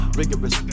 rigorous